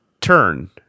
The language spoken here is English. turn